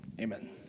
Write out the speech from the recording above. Amen